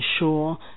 ensure